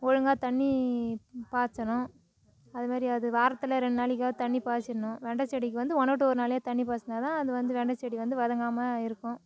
ஒழுங்கா தண்ணி பாய்ச்சணும் அதுமாரி அது வாரத்தில் ரெண்டு நாளைக்காவது தண்ணி பாய்ச்சிட்ணும் வெண்டை செடிக்கு வந்து ஒன்று விட்டு ஒரு நாளே தண்ணி பாய்ச்சின்னா தான் அது வந்து வெண்டை செடி வந்து வதங்காமல் இருக்கும்